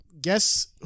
guess